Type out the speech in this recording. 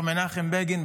מר מנחם בגין,